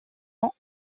ans